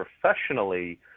professionally